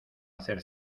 hacer